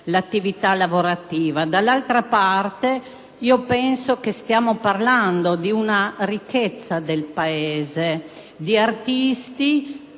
l'attività lavorativa. Dall'altra parte, poiché stiamo parlando di una ricchezza del Paese, si